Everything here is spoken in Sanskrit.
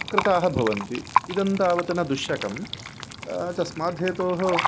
कृताः भवन्ति इदं तावत् न दुःशकं तस्माद्धेतोः